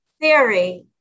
Theory